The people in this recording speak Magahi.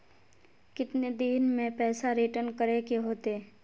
कितने दिन में पैसा रिटर्न करे के होते?